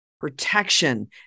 protection